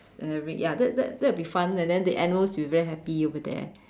and every ya that that that'll be fun and then the animals would be very happy over there